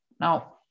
Now